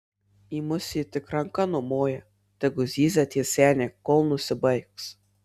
į mus ji tik ranka numoja tegu zyzia tie seniai kol nusibaigs